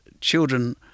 children